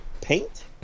paint